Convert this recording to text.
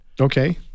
Okay